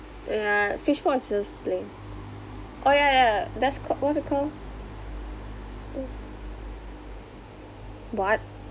ya fishball is just plain oh ya ya ya that's call what's that call tofu what